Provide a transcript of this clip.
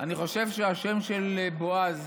אני חושב שהשם של בועז